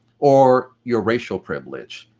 or your racial privilege?